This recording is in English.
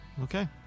Okay